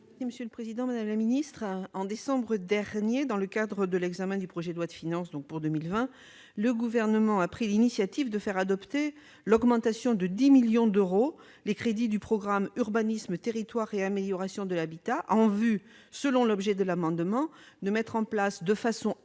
Madame la secrétaire d'État, en décembre dernier, dans le cadre de l'examen du projet de loi de finances pour 2020, le Gouvernement a pris l'initiative de faire adopter l'augmentation de 10 millions d'euros des crédits du programme « Urbanisme, territoires et amélioration de l'habitat ». Selon l'objet de l'amendement déposé à cette fin, le